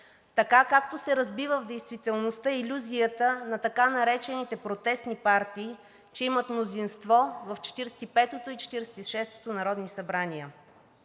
Така, както се разби в действителността илюзията на така наречените протестни партии, че имат мнозинство в 45-ото и 46-ото народно събрание.